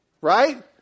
Right